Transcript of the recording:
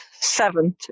seventh